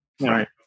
right